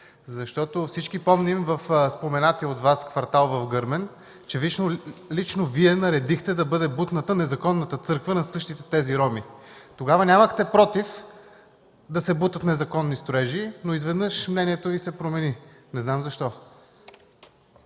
Всички помним в споменатия от Вас квартал в Гърмен, че лично Вие наредихте да бъде бутната незаконната църква на същите тези роми. Тогава нямахте нищо против да се бутат незаконни строежи, но изведнъж мнението Ви се промени – не знам защо.